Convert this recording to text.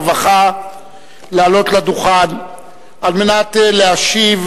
אני מזמין את שר הרווחה לעלות לדוכן על מנת להשיב